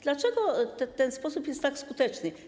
Dlaczego ten sposób jest tak skuteczny?